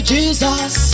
Jesus